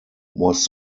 was